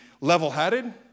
level-headed